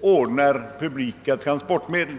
ordnas med publika transportmedel.